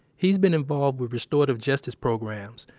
he's been involved with restorative justice programs,